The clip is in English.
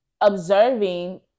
observing